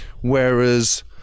whereas